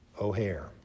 O'Hare